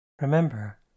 Remember